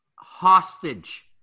hostage